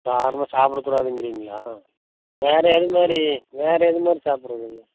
காரமாக சாப்பிடக்கூடாதுங்கிறீங்களா வேறு எதை மாதிரி வேறு எது மாதிரி சாப்பிட்றதுங்க